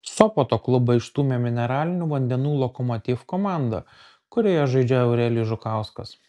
sopoto klubą išstūmė mineralinių vandenų lokomotiv komanda kurioje žaidžia eurelijus žukauskas